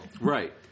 right